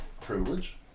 privilege